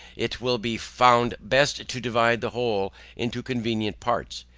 it will be found best to divide the whole into convenient parts,